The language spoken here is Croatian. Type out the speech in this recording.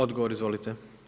Odgovor izvolite.